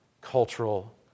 cultural